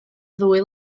ddwy